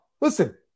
Listen